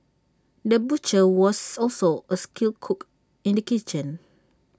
the butcher was also A skilled cook in the kitchen